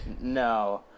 no